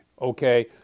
Okay